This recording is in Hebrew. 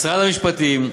משרד המשפטים,